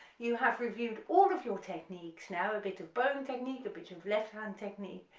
you have reviewed all of your techniques now, bit of bowing technique, a bit of left hand technique,